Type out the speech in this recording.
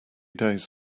days